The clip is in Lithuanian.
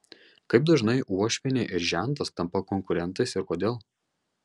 kaip dažnai uošvienė ir žentas tampa konkurentais ir kodėl